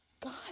God